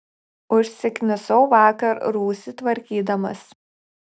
užsiknisau vakar rūsį tvarkydamas